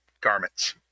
garments